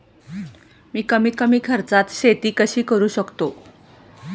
मी कमीत कमी खर्चात शेती कशी करू शकतो?